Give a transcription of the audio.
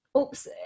Oops